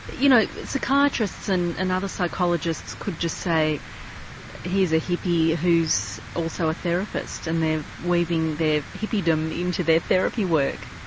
you know psychiatrists and and other psychologists could just say here's a hippy who's also a therapist and they're weaving their hippy-dom into their therapy work.